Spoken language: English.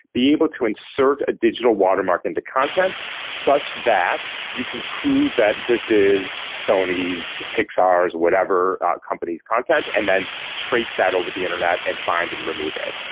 be able to insert a digital watermark into content such that you can prove that this is sony's, pixar's, whatever company's content and then trace that over the internet and find and remove it.